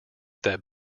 that